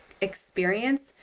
experience